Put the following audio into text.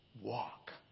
Walk